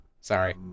sorry